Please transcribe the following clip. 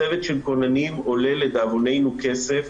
צוות של כוננים עולה לדאבוננו כסף,